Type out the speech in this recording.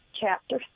chapter